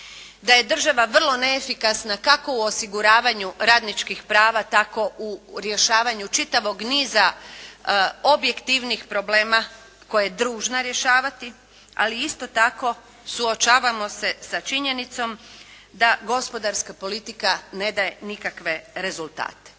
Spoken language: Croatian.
da je država vrlo neefikasna, kako u osiguravanju radničkih prava, tako u rješavanju čitavog niza objektivnih problema koje je dužna rješavati, ali isto tako suočavamo se sa činjenicom da gospodarska politika ne daje nikakve rezultate.